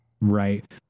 right